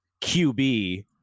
QB